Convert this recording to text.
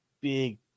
big